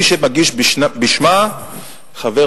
יש מי שמגיש בשמה, חבר